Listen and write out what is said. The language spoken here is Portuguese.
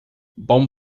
bom